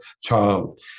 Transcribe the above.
child